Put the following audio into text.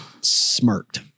smirked